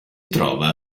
trova